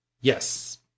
yes